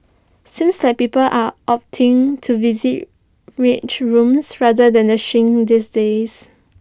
seems like people are opting to visit rage rooms rather than the shrink these days